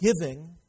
giving